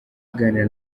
aganira